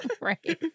Right